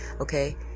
Okay